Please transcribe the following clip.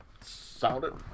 sounded